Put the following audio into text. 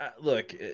look